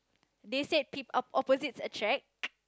they said peop~ opposites attract